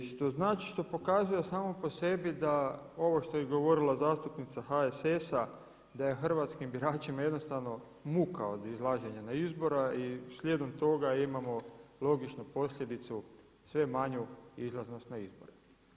Što pokazuje samo po sebi ovo što je govorila zastupnica HSS-a da je hrvatskim biračima jednostavno muka od izlaženja na izbore i slijedom toga imamo logično posljedicu sve manju izlaznost na izbore.